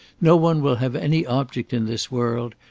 no one will have any object in this world,